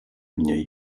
mnie